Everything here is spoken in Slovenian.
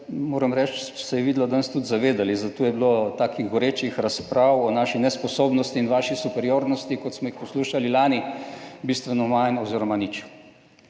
moram reči, se je videlo danes tudi zavedali, zato je bilo takih gorečih razprav o naši nesposobnosti in vaši superiornosti, kot smo jih poslušali lani, bistveno manj oziroma nič.